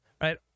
right